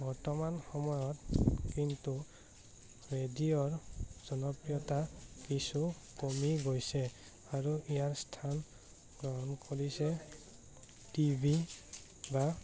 বৰ্তমান সময়ত কিন্তু ৰেডিঅ'ৰ জনপ্ৰিয়তা কিছু কমি গৈছে আৰু ইয়াৰ স্থান গ্ৰহণ কৰিছে টিভি বা